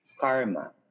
karma